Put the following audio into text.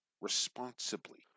responsibly